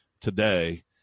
today